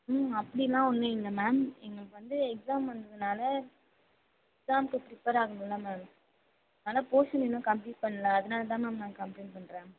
ம் அப்படிலாம் ஒன்றும் இல்லை மேம் எங்களுக்கு வந்து எக்ஸாம் வந்ததுனால் எக்ஸாம்க்கு பிரிப்பர் ஆகணுல்ல மேம் ஆனால் போர்ஷன் இன்னும் கம்ப்ளீட் பண்ணல அதனால் தான் மேம் நான் கம்ப்ளைண்ட் பண்ணுறேன்